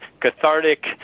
cathartic